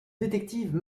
détective